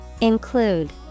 Include